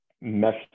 mesh